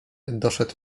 doszedł